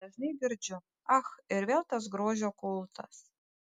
dažnai girdžiu ach ir vėl tas grožio kultas